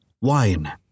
wine